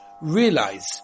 Realize